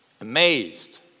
Amazed